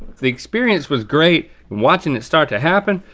the experience was great. watching it start to happen,